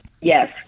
Yes